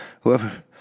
Whoever